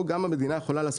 פה גם המדינה יכולה לעשות.